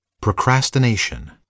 Procrastination